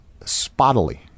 spottily